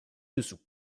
dessous